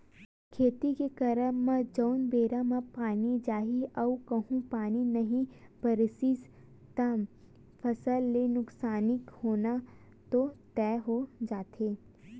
खेती के करब म जउन बेरा म पानी चाही अऊ कहूँ पानी नई बरसिस त फसल के नुकसानी होना तो तय हो जाथे